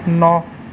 ন